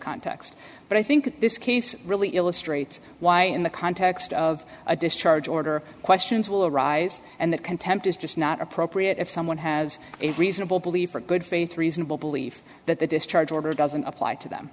context but i think this case really illustrates why in the context of a discharge order questions will arise and that contempt is just not appropriate if someone has a reasonable belief or good faith reasonable belief that the discharge order doesn't apply to them